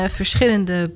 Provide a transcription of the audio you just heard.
verschillende